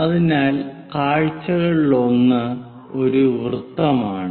അതിനാൽ കാഴ്ചകളിലൊന്ന് ഒരു വൃത്തമാണ്